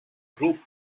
group